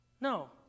No